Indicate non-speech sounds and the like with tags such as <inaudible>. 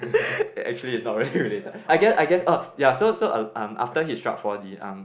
<laughs> actually it's not very related I guess I guess orh so um after he struck four D um